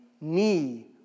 knee